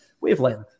wavelength